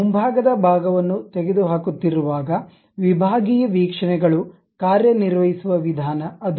ಮುಂಭಾಗದ ಭಾಗವನ್ನು ತೆಗೆದುಹಾಕುತ್ತಿರುವಾಗ ವಿಭಾಗೀಯ ವೀಕ್ಷಣೆಗಳು ಕಾರ್ಯನಿರ್ವಹಿಸುವ ವಿಧಾನ ಅದು